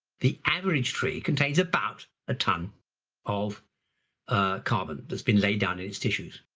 the average tree contains about a ton of carbon that's been laid down in its tissues.